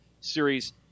series